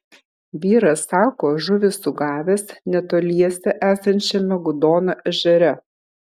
vyras sako žuvį sugavęs netoliese esančiame gudono ežere